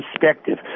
perspective